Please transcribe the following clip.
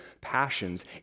passions